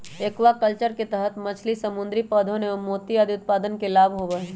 aquaculture के तहद मछली, समुद्री पौधवन एवं मोती आदि उत्पादन के लाभ होबा हई